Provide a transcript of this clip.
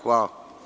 Hvala.